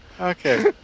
Okay